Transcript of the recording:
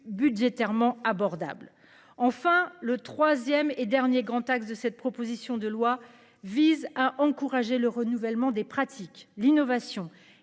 budgétairement abordable enfin le 3ème et dernier grand axe de cette proposition de loi vise à encourager le renouvellement des pratiques, l'innovation